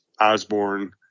Osborne